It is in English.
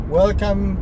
welcome